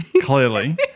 clearly